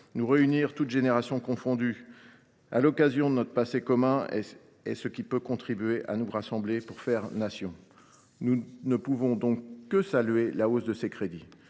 Nous réunir, toutes générations confondues, à l’occasion de notre passé commun est ce qui peut contribuer à nous rassembler pour faire Nation. Nous ne pouvons donc que saluer la hausse de ces crédits.